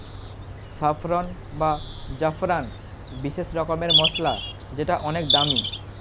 saffron বা জাফরান বিশেষ রকমের মসলা যেটা অনেক দামি